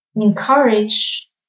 encourage